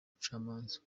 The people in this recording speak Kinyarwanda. umucamanza